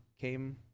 came